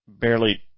barely